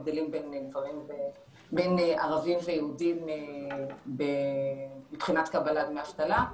הבדלים בין ערבים ויהודים מבחינת קבלת דמי אבטלה.